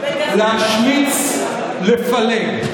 להשמיץ, לפלג.